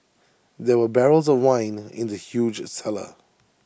there were barrels of wine in the huge cellar